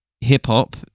hip-hop